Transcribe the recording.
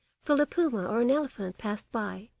till a puma or an elephant passed by,